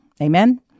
Amen